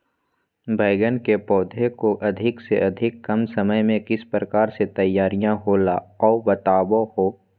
बैगन के पौधा को अधिक से अधिक कम समय में किस प्रकार से तैयारियां होला औ बताबो है?